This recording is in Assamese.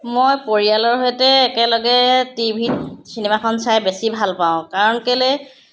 মই পৰিয়ালৰ সৈতে একেলগে টি ভিত চিনেমাখন চাই বেছি ভাল পাওঁ কাৰণ কেলে